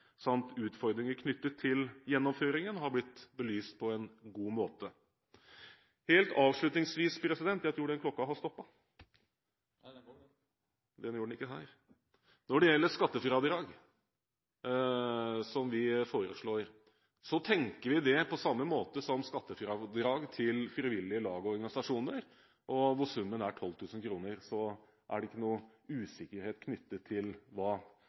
samt utfordringer knyttet til gjennomføringen, har blitt belyst på en god måte. Helt avslutningsvis: Når det gjelder skattefradrag – som vi foreslår – tenker vi at det skal være på samme måte som med skattefradrag til frivillige lag og organisasjoner, der summen er 12 000 kr, sånn at det ikke er noen usikkerhet knyttet til hva